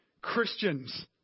Christians